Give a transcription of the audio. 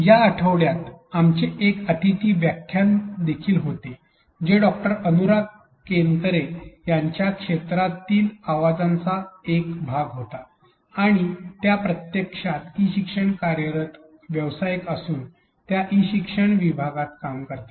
या आठवड्यात आमचे एक अतिथी व्याख्यान देखील होते जे डॉ अनुरा केनकरे यांच्या क्षेत्रावरील आवाजांचा एक भाग होता आणि त्या प्रत्यक्षात ई शिक्षणमध्ये कार्यरत व्यावसायिक असून त्या ई शिक्षण विभागात काम करतात